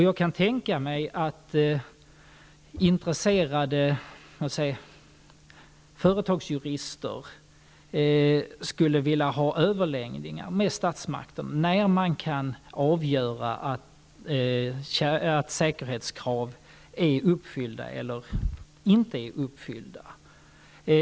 Jag kan tänka mig att intresserade företagsjurister skulle vilja ha överläggningar med statsmakten om när man kan avgöra att säkerhetskrav är uppfyllda eller inte är uppfyllda.